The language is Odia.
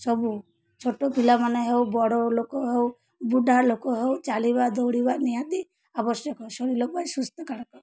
ସବୁ ଛୋଟ ପିଲାମାନେ ହେଉ ବଡ଼ ଲୋକ ହଉ ବୁଢ଼ା ଲୋକ ହଉ ଚାଲିବା ଦୌଡ଼ିବା ନିହାତି ଆବଶ୍ୟକ ଶରୀର ପାଇଁ ସୁସ୍ଥ କାରକ